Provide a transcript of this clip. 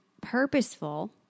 purposeful